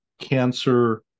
cancer